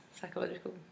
psychological